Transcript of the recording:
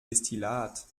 destillat